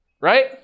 Right